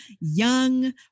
young